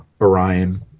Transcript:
Orion